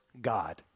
God